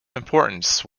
importance